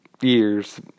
years